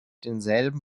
denselben